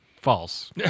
False